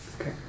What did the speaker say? Okay